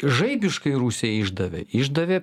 žaibiškai rusija išdavė išdavė